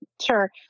Sure